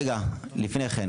רגע, לפני כן.